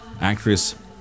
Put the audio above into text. actress